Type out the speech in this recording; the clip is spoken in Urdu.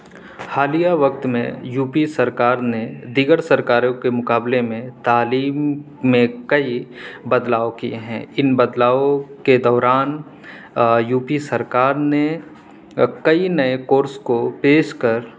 حالیہ وقت میں یو پی سرکار نے دیگر سرکاروں کے مقابلے میں تعلیم میں کئی بدلاؤ کئے ہیں اِن بدلاؤ کے دوران یو پی سرکار نے کئی نئے کورس کو پیش کر